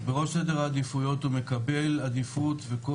בראש סדר העדיפויות הוא מקבל עדיפות וכל